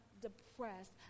depressed